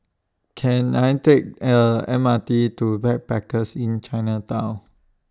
Can I Take The M R T to Backpackers Inn Chinatown